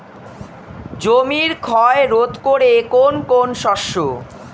জমির ক্ষয় রোধ করে কোন কোন শস্য?